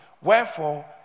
Wherefore